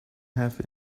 have